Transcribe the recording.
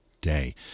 day